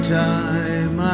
time